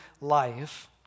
life